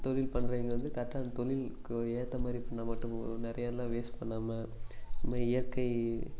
தொழில் பண்றவங்க வந்து கரெக்டாக இந்த தொழிலுக்கு ஏற்ற மாதிரி பண்ண மாட்டோம் நிறையா எல்லாம் வேஸ்ட் பண்ணாமல் இது மாதிரி இயற்கை